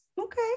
Okay